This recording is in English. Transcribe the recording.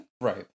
Right